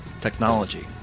technology